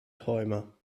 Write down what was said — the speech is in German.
träumer